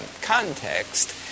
context